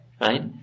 Right